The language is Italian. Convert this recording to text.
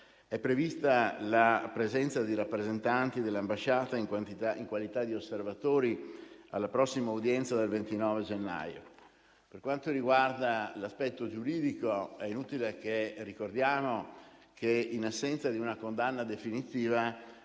prevista la presenza di rappresentanti dell'ambasciata in qualità di osservatori alla prossima udienza del 29 gennaio. Per quanto riguarda l'aspetto giuridico, è inutile che ricordiamo che in assenza di una condanna definitiva,